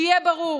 שיהיה ברור,